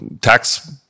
tax